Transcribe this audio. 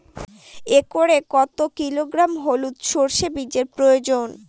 একরে কত কিলোগ্রাম হলুদ সরষে বীজের প্রয়োজন?